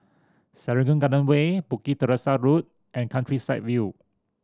Serangoon Garden Way Bukit Teresa Road and Countryside View